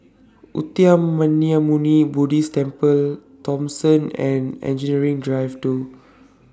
Uttamayanmuni Buddhist Temple Thomson and Engineering Drive two